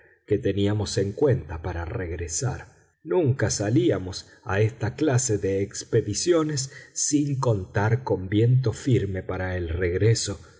que teníamos en cuenta para regresar nunca salíamos a esta clase de expediciones sin contar con viento firme para el regreso